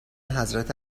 حضرت